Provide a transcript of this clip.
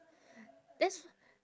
that's